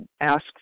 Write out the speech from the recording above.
ask